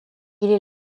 est